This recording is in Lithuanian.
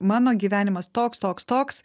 mano gyvenimas toks toks toks